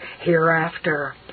hereafter